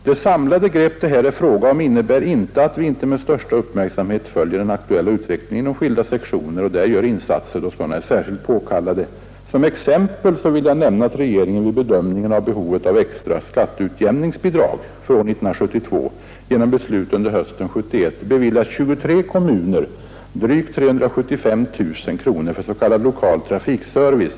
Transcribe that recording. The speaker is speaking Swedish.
Detta samlade grepp innebär dock inte att vi inte med största uppmärksamhet följer den aktuella utvecklingen inom skilda sektioner och där gör insatser om sådana är särskilt påkallade. Som exempel på det vill jag nämna att regeringen vid bedömningen av behovet av extra skatteutjämningsbidrag för år 1972 genom beslut denna höst har beviljat 23 kommuner 375 000 kronor för s.k. lokal trafikservice.